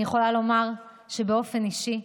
אני יכולה לומר שבאופן אישי,